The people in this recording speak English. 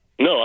No